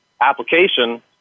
application